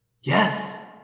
Yes